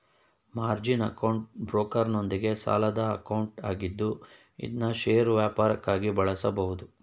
margin account ಬ್ರೋಕರ್ನೊಂದಿಗೆ ಸಾಲದ account ಆಗಿದ್ದು ಇದ್ನಾ ಷೇರು ವ್ಯಾಪಾರಕ್ಕಾಗಿ ಬಳಸಬಹುದು